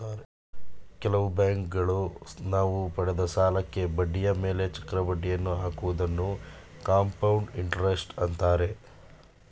ಕೆಲವು ಬ್ಯಾಂಕುಗಳು ನಾವು ಪಡೆದ ಸಾಲಕ್ಕೆ ಬಡ್ಡಿಯ ಮೇಲೆ ಚಕ್ರ ಬಡ್ಡಿಯನ್ನು ಹಾಕುವುದನ್ನು ಕಂಪೌಂಡ್ ಇಂಟರೆಸ್ಟ್ ಅಂತಾರೆ